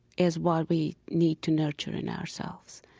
is what we need to nurture in ourselves.